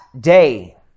day